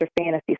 Fantasy